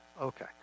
okay